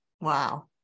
Wow